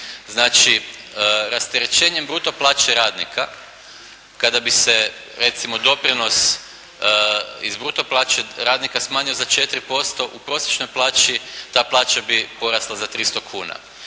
Znači rasterećenjem bruto plaće radnika, kada bi se recimo doprinos iz bruto plaće radnika smanjio za 4% u prosječnoj plaći, ta plaća bi porasla za 300 kuna.